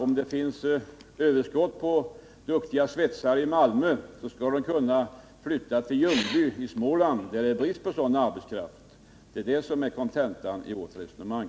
Om det finns överskott på duktiga svetsare i Malmö, skall de kunna flytta till Ljungby i Småland, där det är brist på sådan arbetskraft. Det är kontentan i vårt resonemang.